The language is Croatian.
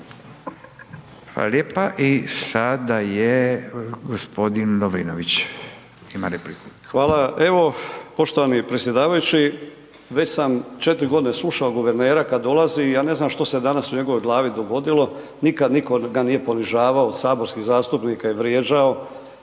Ivan (Promijenimo Hrvatsku)** Poštovani predsjedavajući. Već sam 4 godine slušao guvernera kada dolazi i ja ne znam što se danas u njegovoj glavi dogodilo, nikad niko ga nije ponižavao od saborskih zastupnika i vrijeđao.